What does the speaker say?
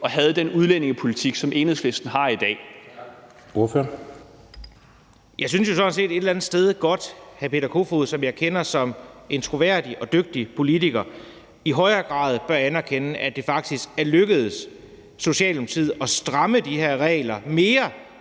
Ordføreren. Kl. 14:23 Anders Kronborg (S): Jeg synes jo sådan set et eller andet sted, at hr. Peter Kofod, som jeg kender som en troværdig og dygtig politiker, i højere grad bør anerkende, at det faktisk er lykkedes Socialdemokratiet at stramme de her regler mere,